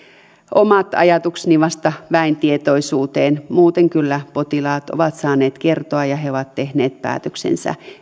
omat ajatukseni vasta väen tietoisuuteen muuten kyllä potilaat ovat saaneet kertoa ja he ovat tehneet päätöksensä